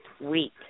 week